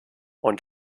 und